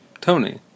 Tony